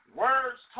words